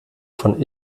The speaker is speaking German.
von